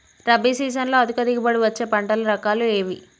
రబీ సీజన్లో అధిక దిగుబడి వచ్చే పంటల రకాలు ఏవి?